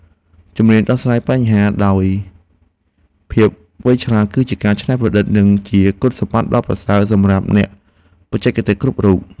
ជំនាញដោះស្រាយបញ្ហាដោយភាពវៃឆ្លាតនិងការច្នៃប្រឌិត គឺជាគុណសម្បត្តិដ៏ប្រសើរសម្រាប់អ្នកបច្ចេកទេសគ្រប់រូប។